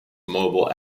mobile